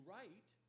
right